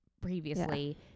previously